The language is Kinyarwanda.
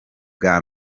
bwa